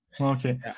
Okay